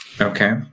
Okay